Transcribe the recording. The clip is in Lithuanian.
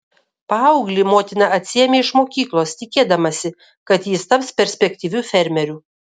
paauglį motina atsiėmė iš mokyklos tikėdamasi kad jis taps perspektyviu fermeriu